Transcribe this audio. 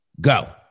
Go